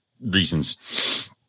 reasons